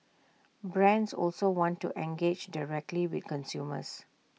brands also want to engage directly with consumers